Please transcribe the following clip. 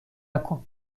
نکن